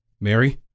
Mary